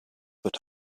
but